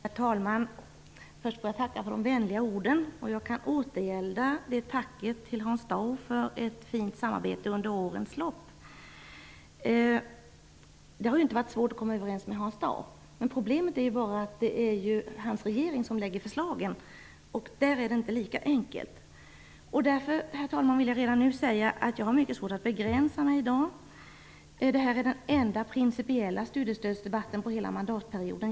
Herr talman! Först får jag tacka för de vänliga orden. Jag kan återgälda Hans Daus tack för ett fint samarbete under årens lopp. Det har inte varit svårt att komma överens med Hans Dau. Problemet är bara att det är hans regering som lägger fram förslagen. Då är det inte lika enkelt. Herr talman! Jag vill därför redan nu säga att jag har mycket svårt att begränsa mig i dag. Detta är den enda principiella studiestödsdebatten under hela mandatperioden.